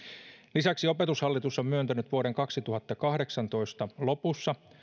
lisäksi opetushallitus on myöntänyt vuoden kaksituhattakahdeksantoista lopussa